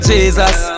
Jesus